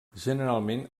generalment